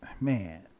man